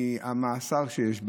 מהמאסר שיש לה,